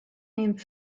named